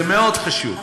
זה מאוד חשוב.